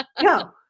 no